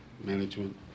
management